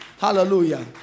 Hallelujah